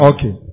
Okay